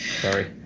Sorry